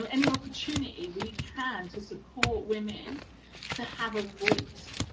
and any opportunity we can to support women to have a voice,